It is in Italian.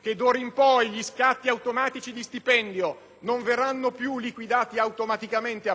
che d'ora in poi gli scatti automatici di stipendio non verranno più liquidati automaticamente,